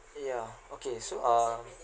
ya okay so uh